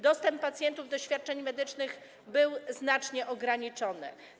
Dostęp pacjentów do świadczeń medycznych był znacznie ograniczony.